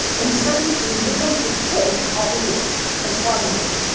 and he's seventy three and here comes this kid offering to work as a farm laborer.